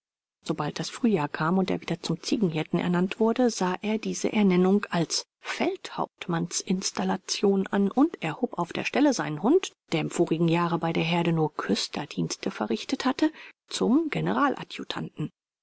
sobald das frühjahr kam und er wieder zum ziegenhirten ernannt wurde sah er diese ernennung als feldhauptmanns installation an und erhob auf der stelle seinen hund der im vorigen jahre bei der herde nur küsterdienste verrichtet hatte zum